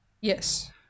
Yes